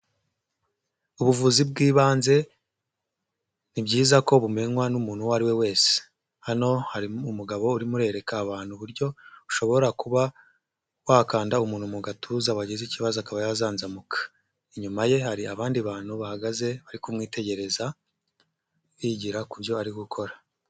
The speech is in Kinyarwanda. Ubuvuzi bw'ibanze ni byiza ko bumenywa n'umuntu uwo ari we wese. Hano harimo umugabo urimo urereka abantu uburyo ushobora kuba wakanda umuntu mu gatuza wagize ikibazo akaba yazanzamuka .Inyuma ye hari abandi bantu bahagaze bari kumwitegereza bigira ku byo ari gukora.